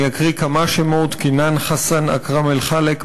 אני אקריא כמה שמות: כינאן חסן אכרם אל-חלאק,